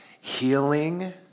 healing